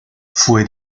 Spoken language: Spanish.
fue